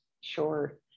Sure